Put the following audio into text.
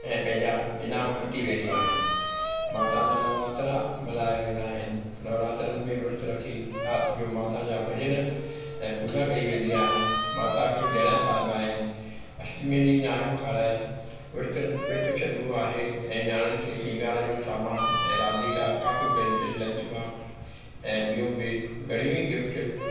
ऐं पंहिंजा इनाम खटे वेंदियूं आहिनि माता जा नवरात्रा मल्हाया वेंदा आहिनि नवरात्रनि में व्रित रखी राति जो माता जा भॼन ऐं पूॼा कई वेंदी आहे माता खे जणिया पाइबा आहिनि अष्टमी ॾींहुं नियाणियूं खाराए व्रित व्रित छॾिबो आहे ऐं नियाणियुनि खे सींगार जो सामानु ऐं रांदीका कापियूं पेंसिल लंच बोक्स ऐं ॿियूं बि घणियूं ई गीफ़्ट